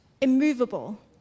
immovable